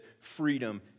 freedom